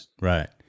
right